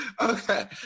Okay